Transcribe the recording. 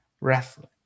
wrestling